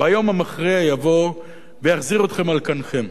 ביום המכריע יבוא ויחזיר אתכם על כנכם.